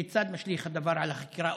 כיצד משליך הדבר על החקירה,